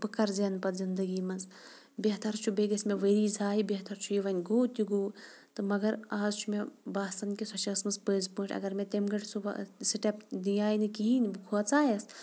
بہٕ کَر زینہٕ پَتہٕ زندگی منٛز بہتر چھُ بیٚیہِ گژھِ مےٚ ؤری زایہِ بہتر چھُ یہِ وۄنۍ گوٚو تہِ گوٚو تہٕ مگر اَز چھِ مےٚ باسان کہِ سۄ چھےٚ ٲسمٕژ پٔزۍ پٲٹھۍ اگر مےٚ تٔمۍ گرۍ سُہ سِٹیپ دِیاے نہٕ کِہیٖنۍ بہٕ کھۄژایَس